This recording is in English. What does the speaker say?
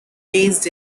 based